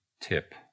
tip